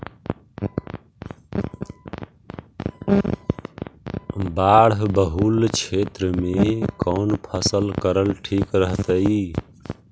बाढ़ बहुल क्षेत्र में कौन फसल करल ठीक रहतइ?